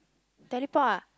teleport ah